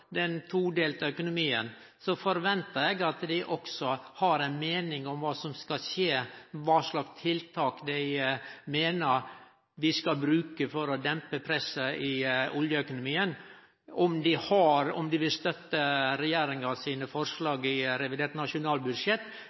den todelte økonomien, forventar eg at dei også har ei meining om kva som skal skje, kva slag tiltak dei meiner vi skal bruke for å dempe presset i oljeøkonomien – om dei vil støtte forslaga frå regjeringa i revidert nasjonalbudsjett,